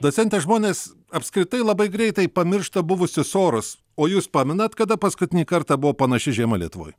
docente žmonės apskritai labai greitai pamiršta buvusius orus o jūs pamenat kada paskutinį kartą buvo panaši žiema lietuvoj